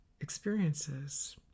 experiences